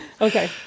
Okay